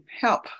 help